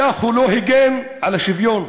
בכך הוא לא הגן על השוויון,